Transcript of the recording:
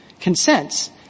consents